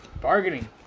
Bargaining